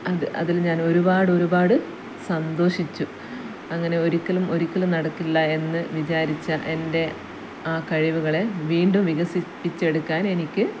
അത് അതിൽ ഞാൻ ഒരുപാട് ഒരുപാട് സന്തോഷിച്ചു അങ്ങനെ ഒരിക്കലും ഒരിക്കലും നടക്കില്ല എന്ന് വിചാരിച്ച എൻ്റെ ആ കഴിവുകളെ വീണ്ടും വികസിപ്പിച്ചെടുക്കാൻ എനിക്ക്